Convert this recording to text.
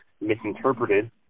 misinterpreted